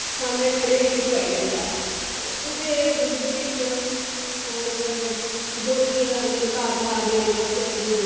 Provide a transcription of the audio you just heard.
सामनै खड़े होइयै चोआई लैंदा ऐ ते ओह्दे दुद्ध बिच होर दोधी आंदे न घर घर देने आस्तै दुद्ध